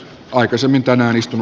aikaisemmin tänään istuu